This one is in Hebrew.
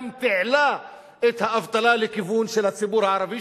גם תיעלה את האבטלה לכיוון של הציבור הערבי,